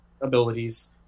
abilities